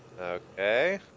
Okay